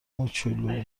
موچولو